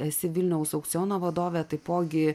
esi vilniaus aukciono vadovė taipogi